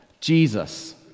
Jesus